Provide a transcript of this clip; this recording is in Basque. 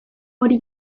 hori